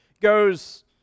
goes